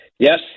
Yes